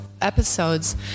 episodes